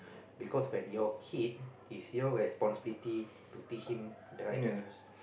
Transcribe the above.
because when your kid is your responsibility to teach him the right values